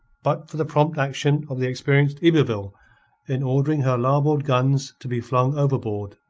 but for the prompt action of the experienced yberville in ordering her larboard guns to be flung overboard.